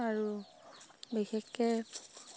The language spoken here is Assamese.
আৰু বিশেষকৈ